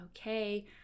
okay